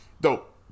Dope